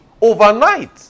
Overnight